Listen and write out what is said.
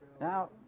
now